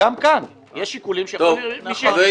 גם כאן יש שיקולים שיש מי שיגידו שזה כדי למצוא חן בעיני הבוחר.